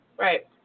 Right